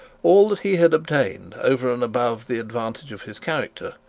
all that he had obtained, over and above the advantage of his character,